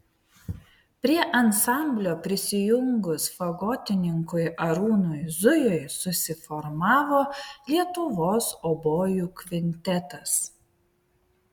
prie ansamblio prisijungus fagotininkui arūnui zujui susiformavo lietuvos obojų kvintetas